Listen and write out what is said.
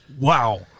Wow